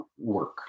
work